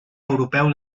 europeu